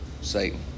Satan